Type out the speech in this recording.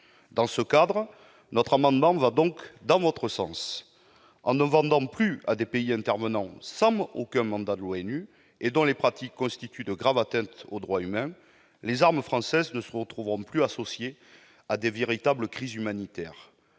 au Yémen ». Notre amendement va donc dans votre sens. Si nous ne vendons plus à des pays intervenant sans mandat de l'ONU et dont les pratiques constituent de graves atteintes aux droits humains, les armes françaises ne se retrouveront plus associées à de véritables crises humanitaires.